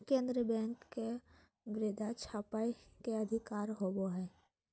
केन्द्रीय बैंक के मुद्रा छापय के अधिकार होवो हइ